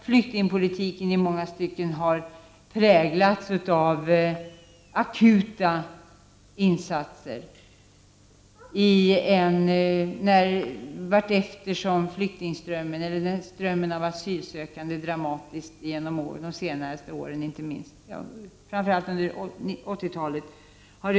Flyktingpolitiken har i många stycken präglats av akuta insatser allteftersom strömmen av asylsökande till Sverige dramatiskt har ökat, framför allt under 80-talet.